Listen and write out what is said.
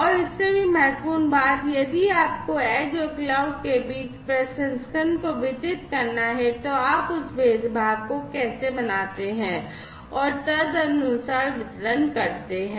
और इससे भी महत्वपूर्ण बात यदि आपको edge और क्लाउड के बीच प्रसंस्करण को वितरित करना है तो आप उस भेदभाव को कैसे बनाते हैं और तदनुसार वितरण करते हैं